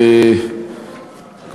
תודה רבה,